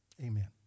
Amen